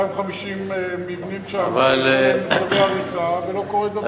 ו-250 מבנים שיש עליהם צווי הריסה ולא קורה דבר.